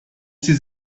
sie